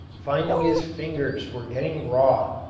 finding his fingers were getting raw,